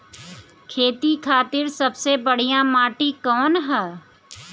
खेती खातिर सबसे बढ़िया माटी कवन ह?